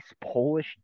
Polish